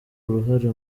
uruhare